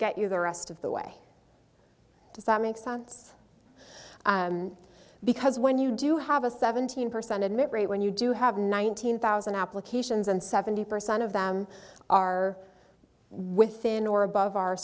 get you the rest of the way does that make sense because when you do have a seventeen percent admit rate when you do have nineteen thousand applications and seventy percent of them are within or above